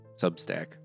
Substack